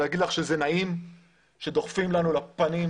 להגיד לך שזה נעים שדוחפים לנו לפנים,